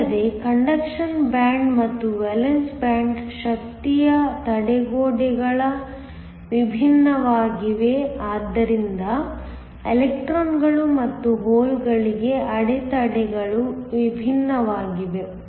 ಅಲ್ಲದೆ conduction band ಮತ್ತು valence ಬ್ಯಾಂಡ್ಗೆ ಶಕ್ತಿಯ ತಡೆಗೋಡೆಗಳು ವಿಭಿನ್ನವಾಗಿವೆ ಆದ್ದರಿಂದ ಎಲೆಕ್ಟ್ರಾನ್ಗಳು ಮತ್ತು ಹೋಲ್ಗಳಿಗೆ ಅಡೆತಡೆಗಳು ವಿಭಿನ್ನವಾಗಿವೆ